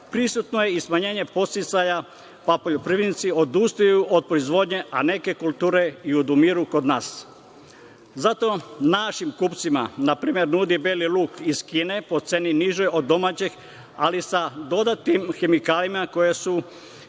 Prisutno je i smanjenje podsticaja, pa poljoprivrednici odustaju od proizvodnje, a neke kulture i odumiru kod nas. Zato našim kupcima npr. nude beli luk iz Kine po ceni nižoj od domaćeg, ali sa dodatnim hemikalijama koje su